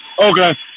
Okay